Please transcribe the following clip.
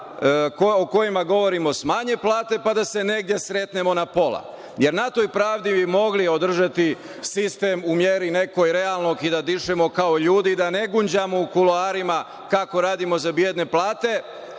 o kojima govorimo smanje plate, pa da se negde sretnemo na pola, jer na toj pravdi bi mogli održati sistem u meri realnog i da dišemo kao ljudi, da ne gunđamo u kuloarima kako radimo za bedne plate,